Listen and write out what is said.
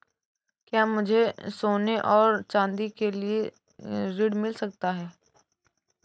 क्या मुझे सोने और चाँदी के लिए ऋण मिल सकता है?